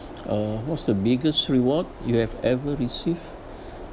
uh what's the biggest reward you have ever received